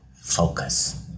focus